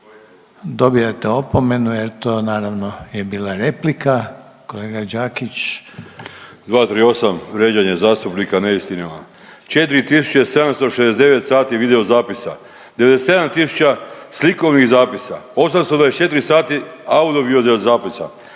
dobijate opomenu jer to naravno je bila replika. Kolega Đakić.